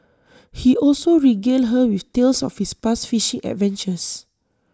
he also regaled her with tales of his past fishing adventures